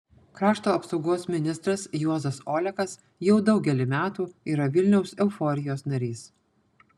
krašto apsaugos ministras juozas olekas jau daugelį metų yra vilniaus euforijos narys